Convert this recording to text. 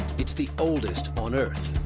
it's the oldest on earth.